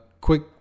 quick